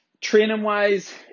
training-wise